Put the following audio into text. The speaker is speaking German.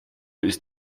ist